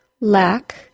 lack